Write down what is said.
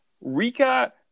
Rika